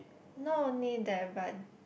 not only that but